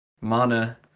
mana